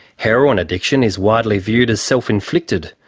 heroin addiction is widely viewed as self-inflicted,